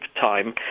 time